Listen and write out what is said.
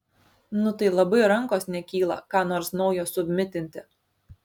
nu tai labai rankos nekyla ką nors naujo submitinti